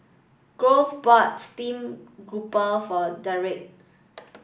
Grove bought steamed grouper for Dedric